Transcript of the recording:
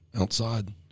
outside